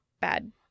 bad